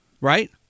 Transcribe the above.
right